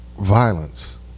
violence